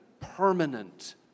permanent